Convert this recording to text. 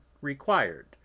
required